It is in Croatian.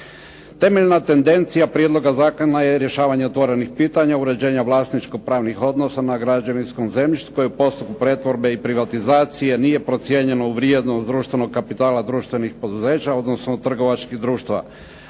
Temeljna tendencija prijedloga zakona je rješavanje otvorenih pitanje, uređenja vlasničkopravnih odnosa na građevinskom zemljištu koje u postupku pretvorbe i privatizacije nije procijenjeno u vrijednost društvenog kapitala društvenih poduzeća, odnosno trgovačkih društava.